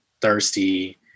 thirsty